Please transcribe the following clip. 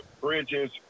Bridges